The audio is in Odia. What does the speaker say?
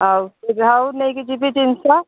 ହଉ ସେ ଯାହା ହେଉ ନେଇକି ଯିବି ଜିନିଷ